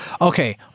okay